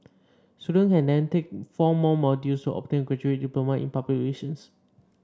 student can then take four more modules to obtain a graduate diploma in public relations